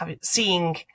seeing